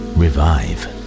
revive